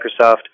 Microsoft